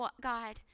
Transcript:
God